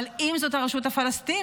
אבל אם זאת הרשות הפלסטינית,